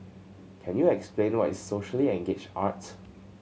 can you explain what is socially engaged art